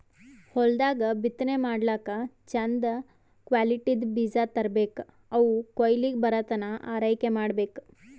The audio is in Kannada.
ಹೊಲ್ದಾಗ್ ಬಿತ್ತನೆ ಮಾಡ್ಲಾಕ್ಕ್ ಚಂದ್ ಕ್ವಾಲಿಟಿದ್ದ್ ಬೀಜ ತರ್ಬೆಕ್ ಅವ್ ಕೊಯ್ಲಿಗ್ ಬರತನಾ ಆರೈಕೆ ಮಾಡ್ಬೇಕ್